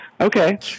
Okay